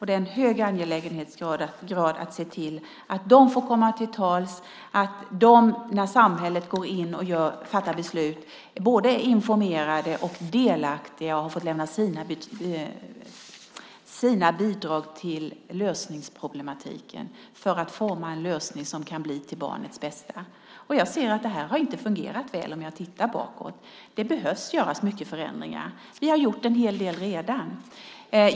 Det är en hög angelägenhetsgrad att se till att de får komma till tals och att de, när samhället fattar beslut, blir informerade, är delaktiga och får lämna sina bidrag till att forma en lösning som kan bli till barnets bästa. Om jag tittar bakåt ser jag att detta inte har fungerat väl. Det behöver göras mycket förändringar. Vi har gjort en hel del redan.